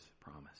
promise